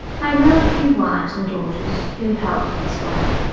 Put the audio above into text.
i know a few wives and daughters who helped in this work,